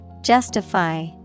Justify